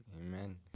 Amen